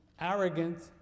arrogant